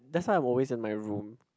that's why I'm always in my room